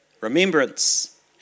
remembrance